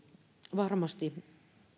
varmasti